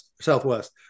Southwest